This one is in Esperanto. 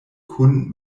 kun